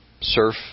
surf